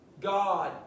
God